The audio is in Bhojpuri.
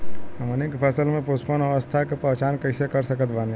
हमनी के फसल में पुष्पन अवस्था के पहचान कइसे कर सकत बानी?